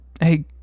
Hey